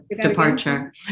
departure